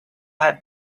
have